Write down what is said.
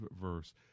verse